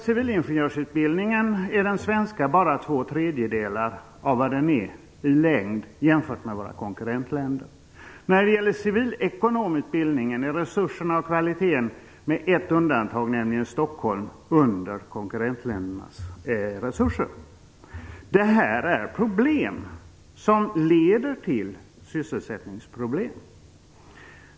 Civilingenjörsutbildningen i Sverige är i längd bara två tredjedelar av motsvarande utbildning i våra konkurrentländer. I fråga om civilekonomutbildningen ligger resurserna och kvaliteten med ett undantag, nämligen Stockholm, lägre än konkurrentländernas. Det här är problem som leder till sysselsättningsproblem.